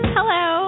Hello